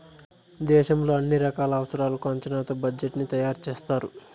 దేశంలో అన్ని రకాల అవసరాలకు అంచనాతో బడ్జెట్ ని తయారు చేస్తారు